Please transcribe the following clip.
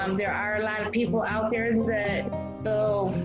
um there are a lot of people out there that they'll,